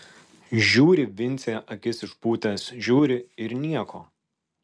žiūri vincė akis išpūtęs žiūri ir nieko